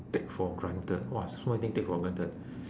take for granted !wah! so many thing take for granted